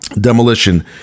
Demolition